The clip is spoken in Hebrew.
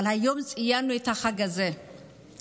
אבל היום ציינו את החג הזה כרגיל.